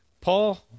Paul